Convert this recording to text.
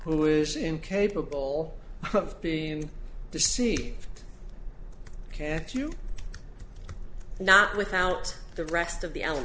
who is incapable of being deceived can't you not without the rest of the